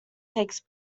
take